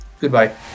Goodbye